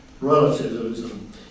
relativism